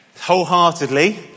wholeheartedly